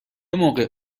موقع